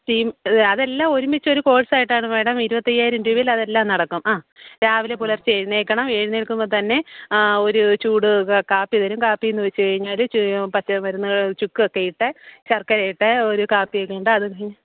steam അത് അതെല്ലാം ഒരുമിച്ചൊരു കോഴ്സായിട്ടാണ് മേടം ഇരുപത്തയ്യായിരം രൂപയിൽ അതെല്ലാം നടക്കും ആ രാവിലെ പുലർച്ചെ എഴുന്നേക്കണം എഴുന്നേൽക്കുമ്പോൾ തന്നെ ഒരു ചൂട് ക കാപ്പി തരും കാപ്പി എന്ന് വെച്ചു കഴിഞ്ഞാല് ചു പച്ചമരുന്നുകള് ചുക്കൊക്കെ ഇട്ട് ശർക്കര ഇട്ട് ഒരു കാപ്പിയൊക്കെ ഉണ്ട് അത് കഴിഞ്ഞ്